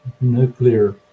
nuclear